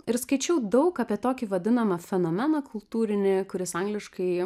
ir skaičiau daug apie tokį vadinamą fenomeną kultūrinį kuris angliškai